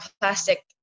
plastic